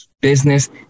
business